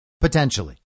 potentially